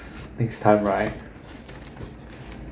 next time right